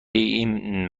این